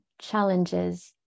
challenges